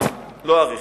לא אאריך.